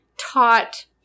taught